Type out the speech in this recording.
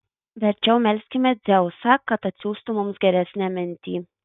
verčiau melskime dzeusą kad atsiųstų mums geresnę mintį